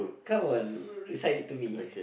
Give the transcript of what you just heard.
come on recite it to me